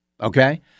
Okay